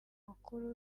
makuru